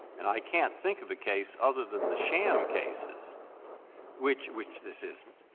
and i can't think of a case other than the sham cases which which this isn't,